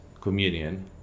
communion